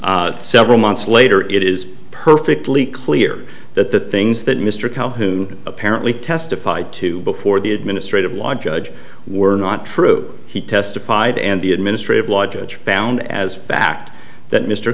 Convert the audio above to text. several months later it is perfectly clear that the things that mr calhoun apparently testified to before the administrative law judge were not true he testified and the administrative law judge found as fact that mr